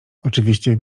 oczywiście